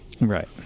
Right